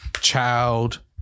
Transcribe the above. child